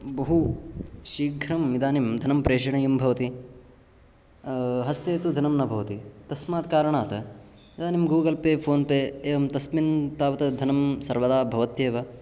बहु शीघ्रम् इदानीं धनं प्रेषणीयं भवति हस्ते तु धनं न भवति तस्मात् कारणात् इदानीं गूगल् पे फ़ोन् पे एवं तस्मिन् तावत् धनं सर्वदा भवत्येव